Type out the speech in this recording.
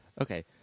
Okay